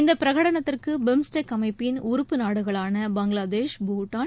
இந்த பிரகடனத்திற்கு பிம்ஸ்டெக் அமைப்பின் உறுப்பு நாடுகளான பங்களாதேஷ் பூட்டான்